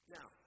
Now